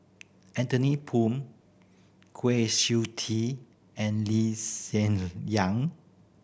Anthony Poon Kwa Siew Tee and Lee Hsien Yang